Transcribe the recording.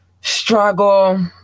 struggle